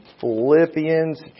Philippians